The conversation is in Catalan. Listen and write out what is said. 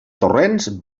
torrents